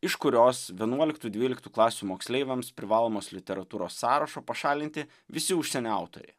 iš kurios vienuoliktų dvyliktų klasių moksleiviams privalomos literatūros sąrašo pašalinti visi užsienio autoriai